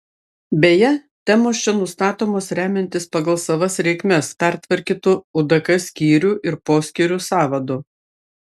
beje temos čia nustatomos remiantis pagal savas reikmes pertvarkytu udk skyrių ir poskyrių sąvadu